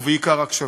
ובעיקר, הקשבה.